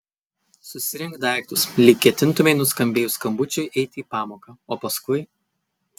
susirink daiktus lyg ketintumei nuskambėjus skambučiui eiti į pamoką o paskui